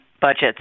budgets